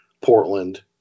portland